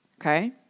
Okay